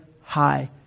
high